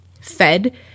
fed